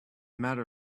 matter